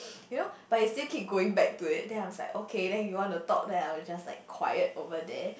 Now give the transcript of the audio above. you know but he still keep going back to it then I was like okay then you want to talk then I will just like quiet over there